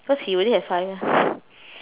cause he already have fire